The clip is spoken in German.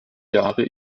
jahre